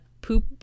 poop